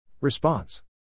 Response